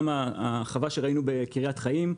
גם החווה שראינו בקריית חיים,